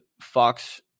Fox